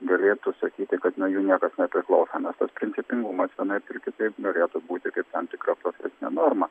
galėtų sakyti kad nuo jų niekas nepriklauso nes tas principingumas vienaip ar kitaip norėtų būti kaip tam tikra profesinė norma